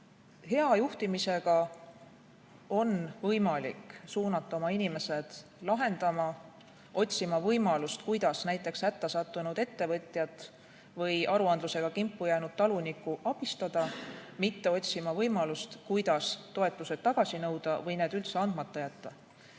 Hea juhtimisega on võimalik suunata oma inimesed lahendama, otsima võimalust, kuidas näiteks hätta sattunud ettevõtjat või aruandlusega kimpu jäänud talunikku abistada, mitte otsima võimalust, kuidas toetused tagasi nõuda või need üldse andmata jätta.